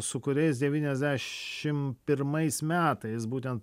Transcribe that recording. su kuriais devyniasdešimt pirmais metais būtent